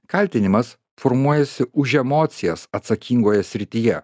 kaltinimas formuojasi už emocijas atsakingoje srityje